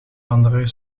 andere